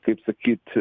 kaip sakyt